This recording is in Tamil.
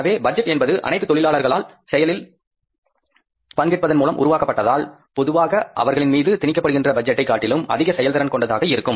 எனவே பட்ஜெட் என்பது அனைத்து தொழிலாளர்களால் செயலில் பங்கேற்பதன் மூலம் உருவாக்கப்பட்டதால் பொதுவாக அவர்களின் மீது திணிக்கப்படுகின்றன பட்ஜெட்டை காட்டிலும் அதிக செயல்திறன் கொண்டதாக இருக்கும்